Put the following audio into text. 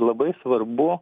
labai svarbu